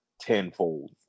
tenfold